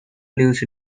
lives